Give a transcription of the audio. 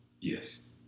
yes